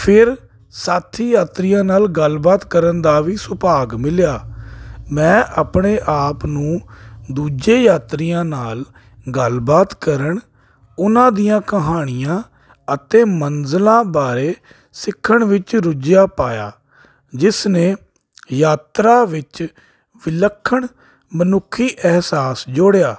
ਫਿਰ ਸਾਥੀ ਯਾਤਰੀਆਂ ਨਾਲ ਗੱਲਬਾਤ ਕਰਨ ਦਾ ਵੀ ਸੁਭਾਗ ਮਿਲਿਆ ਮੈਂ ਆਪਣੇ ਆਪ ਨੂੰ ਦੂਜੇ ਯਾਤਰੀਆਂ ਨਾਲ ਗੱਲਬਾਤ ਕਰਨ ਉਹਨਾਂ ਦੀਆਂ ਕਹਾਣੀਆਂ ਅਤੇ ਮੰਜ਼ਿਲਾਂ ਬਾਰੇ ਸਿੱਖਣ ਵਿੱਚ ਰੁੱਝਿਆ ਪਾਇਆ ਜਿਸ ਨੇ ਯਾਤਰਾ ਵਿੱਚ ਵਿਲੱਖਣ ਮਨੁੱਖੀ ਅਹਿਸਾਸ ਜੋੜਿਆ